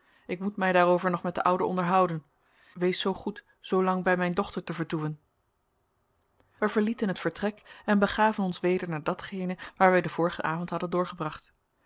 ik moet mij daarover nog met de oude onderhouden wees zoo goed zoolang bij mijn dochter te vertoeven wij verlieten het vertrek en begaven ons weder naar datgene waar wij den vorigen avond hadden doorgebracht